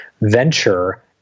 venture